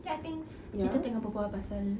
then I think kita tengah berbual pasal